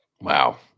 wow